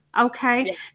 Okay